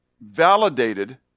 validated